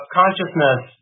consciousness